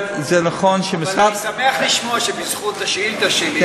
אבל אני שמח לשמוע שבזכות השאילתה שלי,